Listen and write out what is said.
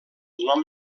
nom